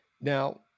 Now